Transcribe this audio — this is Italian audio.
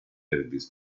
elvis